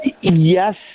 Yes